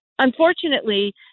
Unfortunately